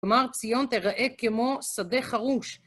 כלומר, ציון תראה כמו שדה חרוש.